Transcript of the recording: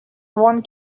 one